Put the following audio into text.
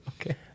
Okay